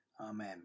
Amen